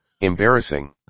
Embarrassing